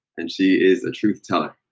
and she is a truth teller.